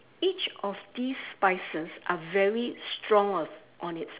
each of these spices are very strong on on its